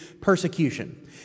persecution